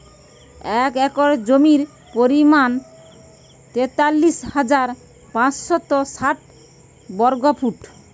এক একর জমির পরিমাণ তেতাল্লিশ হাজার পাঁচশত ষাট বর্গফুট